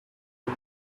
and